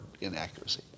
inaccuracy